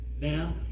Now